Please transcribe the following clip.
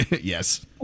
Yes